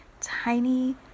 tiny